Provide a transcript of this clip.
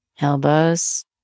Elbows